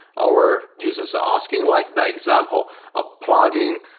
our users are asking like the example of plugging,